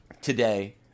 today